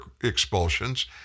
expulsions